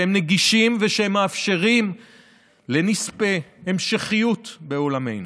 שהם נגישים ומאפשרים לנספה המשכיות בעולמנו.